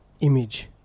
image